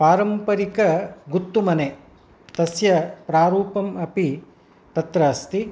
पारम्परिकगुत्तुमने तस्य प्रारूपम् अपि तत्र अस्ति